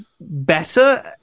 better